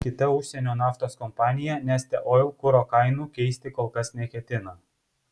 kita užsienio naftos kompanija neste oil kuro kainų keisti kol kas neketina